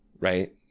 right